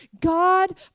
God